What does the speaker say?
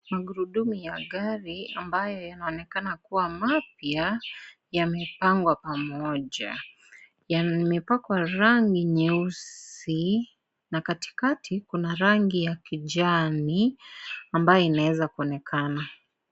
Magurudumu ya gari ambayo yanaonekana kuwa mapya yamepangwa pamoja . Yamepakwa rangi nyeusi na katikati kuna rangi ya kijani ambayo inaweza kuonekana.